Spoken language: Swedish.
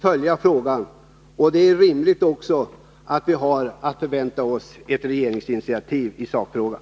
Det är också rimligt att vi kan förvänta oss ett regeringsinitiativ i sakfrågan.